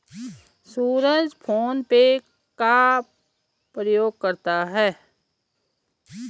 सूरज PhonePe का प्रयोग करता है